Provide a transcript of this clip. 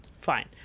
Fine